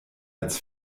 als